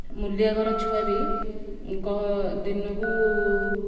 ମୂଲିଆ ଘର ଛୁଆ ବି ଦିନକୁ